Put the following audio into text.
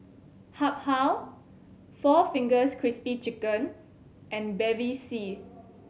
Habhal four Fingers Crispy Chicken and Bevy C